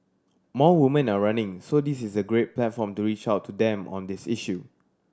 more women are running so this is a great platform to reach out to them on this issue